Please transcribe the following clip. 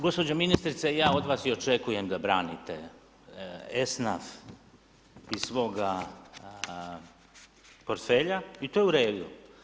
Gospođo ministrice, ja od vas i očekujem da branite ESNAF iz svoga portfelja i to je u redu.